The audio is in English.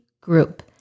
group